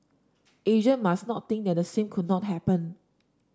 Asia must not think that the same could not happen